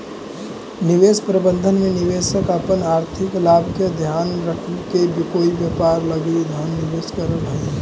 निवेश प्रबंधन में निवेशक अपन आर्थिक लाभ के ध्यान रखके कोई व्यापार लगी धन निवेश करऽ हइ